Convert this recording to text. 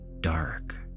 dark